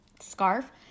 scarf